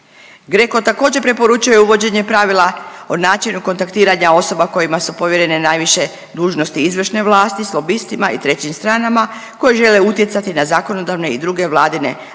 GRECO također preporučuje uvođenje pravila o načinu kontaktiranja osoba kojima su povjerene najviše dužnosti izvršne vlasti s lobistima i trećim stranama koji žele utjecati na zakonodavne i druge vladine aktivnosti